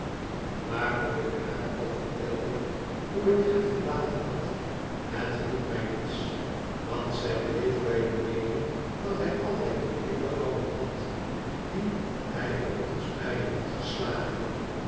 maar of ik haar al vertelde hoe ik hem verlaten had het hielp mij niets want zij bleef bij de meening dat hij altijd dien blik behouden had dien hij op ons beiden had geslagen